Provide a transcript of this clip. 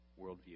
worldview